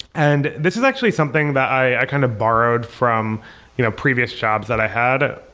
and this is actually something that i kind of borrowed from you know previous jobs that i had,